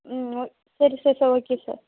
ம் ஓக் சரி சரி சார் ஓகே சார்